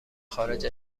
خارج